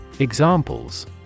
Examples